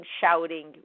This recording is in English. shouting